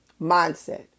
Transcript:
mindset